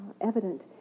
evident